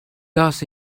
does